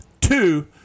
two